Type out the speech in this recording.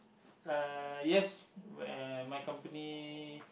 uh yes uh my company